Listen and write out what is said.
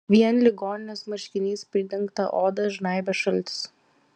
vien ligoninės marškiniais pridengtą odą žnaibė šaltis